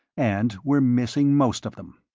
and we're missing most of them.